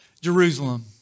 Jerusalem